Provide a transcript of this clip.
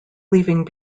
leaving